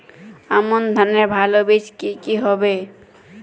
আমান ধানের ভালো বীজ কি কি হবে?